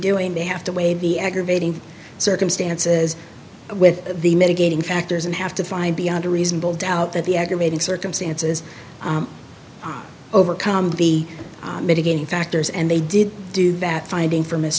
doing they have to weigh the aggravating circumstances with the mitigating factors and have to find beyond a reasonable doubt that the aggravating circumstances overcome be mitigating factors and they did do that finding f